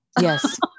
Yes